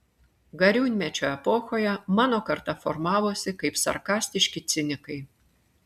gariūnmečio epochoje mano karta formavosi kaip sarkastiški cinikai